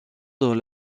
dans